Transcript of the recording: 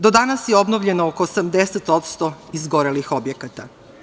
Do danas je obnovljeno oko 80% izgorelih objekata.